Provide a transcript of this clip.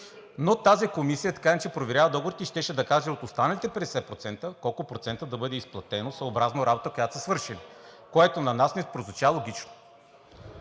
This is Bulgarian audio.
Тази комисия така или иначе проверява договорите и щеше да каже от останалите 50% колко процента да бъде изплатено съобразно работата, която са свършили, което на нас ни прозвуча логично